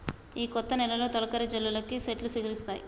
ఈ కొత్త నెలలో తొలకరి జల్లులకి సెట్లు సిగురిస్తాయి